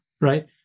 right